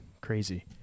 crazy